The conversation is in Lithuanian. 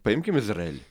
paimkim izraelį